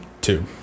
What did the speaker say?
Two